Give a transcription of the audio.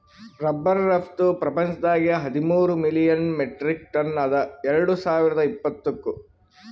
rubber ರಫ್ತು ಪ್ರಪಂಚದಾಗೆ ಹದಿಮೂರ್ ಮಿಲಿಯನ್ ಮೆಟ್ರಿಕ್ ಟನ್ ಅದ ಎರಡು ಸಾವಿರ್ದ ಇಪ್ಪತ್ತುಕ್